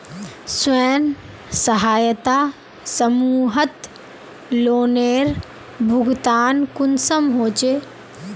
स्वयं सहायता समूहत लोनेर भुगतान कुंसम होचे?